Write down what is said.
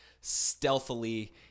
stealthily